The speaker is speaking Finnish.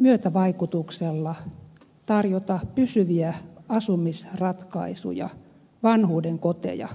myötävaikutuksella tarjota pysyviä asumisratkaisuja vanhuuden koteja